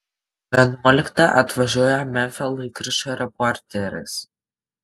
vienuoliktą atvažiuoja memfio laikraščio reporteris